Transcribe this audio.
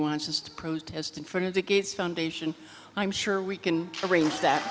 wants to protest in front of the gates foundation i'm sure we can arrange that